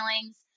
feelings